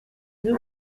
y’u